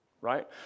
right